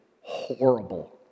horrible